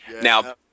Now